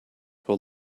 will